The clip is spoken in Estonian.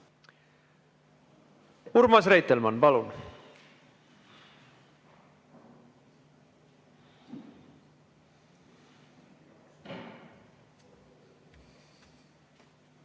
Urmas Reitelmann, palun!